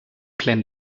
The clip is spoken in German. pläne